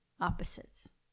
opposites